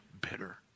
bitter